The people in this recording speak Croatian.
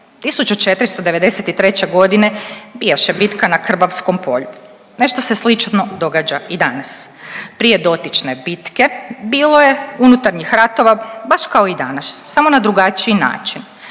1493. godine bijaše bitka na Krbavskom polju. Nešto se slično događa i danas. Prije dotične bitke bilo je unutarnjih ratova baš kao i danas samo na drugačiji način.